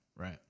right